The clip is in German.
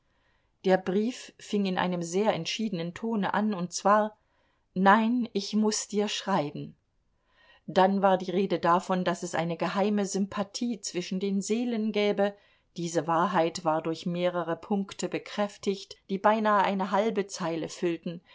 der brief fing in einem sehr entschiedenen tone an und zwar nein ich muß dir schreiben dann war die rede davon daß es eine geheime sympathie zwischen den seelen gäbe diese wahrheit war durch mehrere punkte bekräftigt die beinahe eine halbe zeile füllten